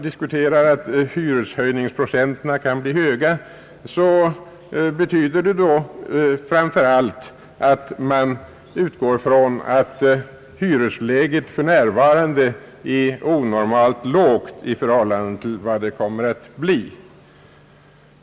När det sägs att hyreshöjningsprocenten kan bli hög betyder det framför allt att man utgår från att hyreskostnaderna för närvarande är onormalt låga i förhållande till vad de kommer att bli.